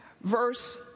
verse